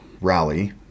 rally